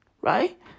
right